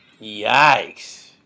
Yikes